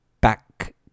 back